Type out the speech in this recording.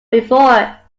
before